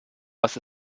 was